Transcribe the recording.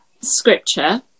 scripture